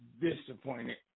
disappointed